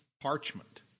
parchment